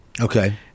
Okay